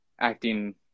acting